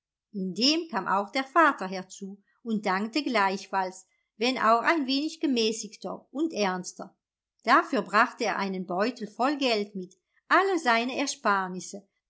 indem kam auch der vater herzu und dankte gleichfalls wenn auch ein wenig gemäßigter und ernster dafür brachte er einen beutel voll geld mit alle seine ersparnisse